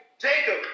Jacob